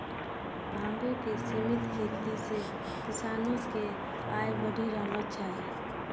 भांगो के सिमित खेती से किसानो के आय बढ़ी रहलो छै